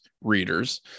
readers